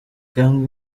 cyangwa